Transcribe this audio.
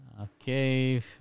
Okay